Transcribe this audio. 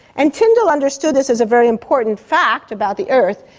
and tyndall understood this is a very important fact about the earth,